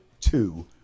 two